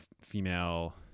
female